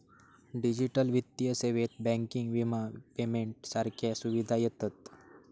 digital वित्तीय सेवेत banking, विमा, पेमेंट सारख्या सुविधा येतत